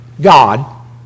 God